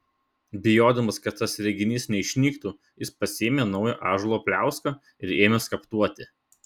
bijodamas kad tas reginys neišnyktų jis pasiėmė naują ąžuolo pliauską ir ėmė skaptuoti